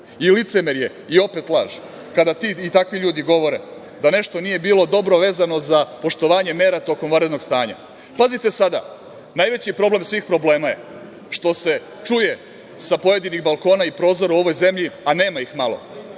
I licemerje i opet laž kada ti i takvi ljudi govore da nešto nije bilo dobro vezano za poštovanje mera tokom vanrednog stanja. Pazite sada, najveći problem svih problema je što se čuje sa pojedinih balkona i prozora u ovoj zemlji, a nema ih malo,